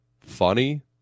funny